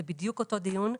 זה בדיוק אותו דיון.